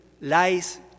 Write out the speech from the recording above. lies